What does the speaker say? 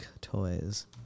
toys